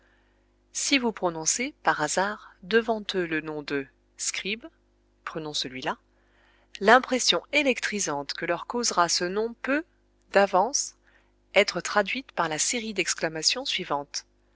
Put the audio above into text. si vous prononcez par hasard devant eux le nom de scribe prenons celui-là l'impression électrisante que leur causera ce nom peut d'avance être traduite par la série d'exclamations suivante